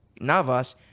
Navas